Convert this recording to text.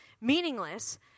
meaningless